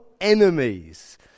enemies